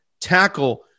Tackle